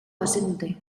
bazenute